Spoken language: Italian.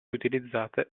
utilizzate